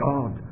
God